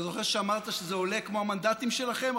אתה זוכר שאמרת שזה עולה כמו המנדטים שלכם?